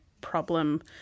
problem